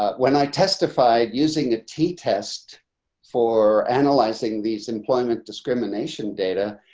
ah when i testified using the t test for analyzing these employment discrimination data,